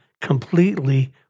completely